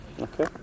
Okay